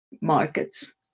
markets